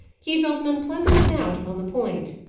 he had felt an unpleasant doubt upon the point.